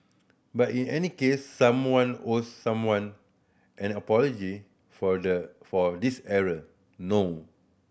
but in any case someone owes someone an apology for the for this error no